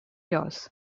yours